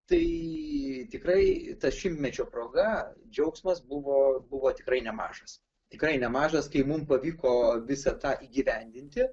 tai tikrai ta šimtmečio proga džiaugsmas buvo buvo tikrai nemažas tikrai nemažas kai mum pavyko visą tą įgyvendinti